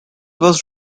was